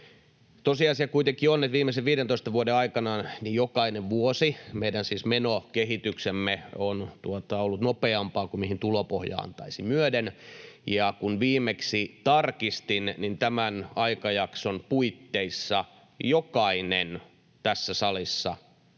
Tosiasia kuitenkin on, että viimeisen 15 vuoden aikana jokaisena vuotena meidän menokehityksemme on siis ollut nopeampaa kuin mihin tulopohja antaisi myöden. Ja kun viimeksi tarkistin, niin tämän aikajakson puitteissa jokainen tässä salissa oleva